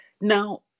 Now